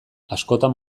askotan